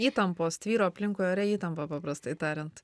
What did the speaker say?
įtampos tvyro aplinkui ore įtampa paprastai tariant